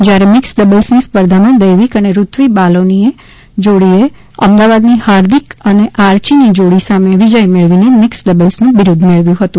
જયારે મીકસ ડબલ્સની સ્પર્ધામાં દૈવીક અને ઋત્વી બાલોનીની જાડીએ અમદાવાદની હાર્દીક અને આર્ચીની જાડી સામે વિજય મેળવીને મીકસ ડબલ્સનું બીરૂદ મેળવ્યું હતું